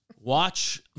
Watch